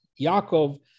Yaakov